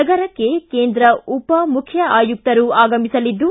ನಗರಕ್ಕೆ ಕೇಂದ್ರ ಉಪ ಮುಖ್ಯ ಆಯುಕ್ತರು ಆಗಮಿಸಲಿದ್ದು